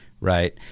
right